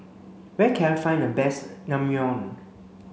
where can I find the best Naengmyeon